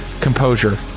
Composure